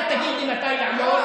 אל תגיד לי מתי לעמוד.